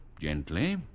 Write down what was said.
Gently